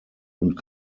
und